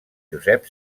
josep